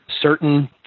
certain